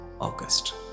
August